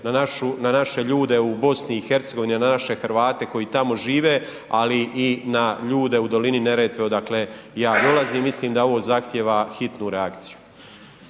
na naše ljude u BiH, na naše Hrvate koji tamo žive, ali i na ljude u dolini Neretve odakle ja dolazim, mislim da ovo zahtjeva hitnu reakciju.